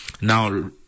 now